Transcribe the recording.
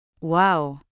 Wow